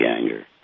anger